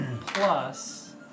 plus